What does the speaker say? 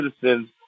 citizens